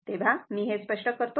तेव्हा मी हे स्पष्ट करतो